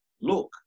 look